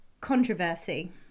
controversy